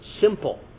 simple